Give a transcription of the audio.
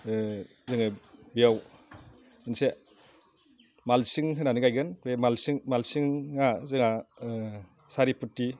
जोङो बेयाव मोनसे मालसिं होनानै गायगोन बे मालसिंङा जोंहा सारि फुत्ति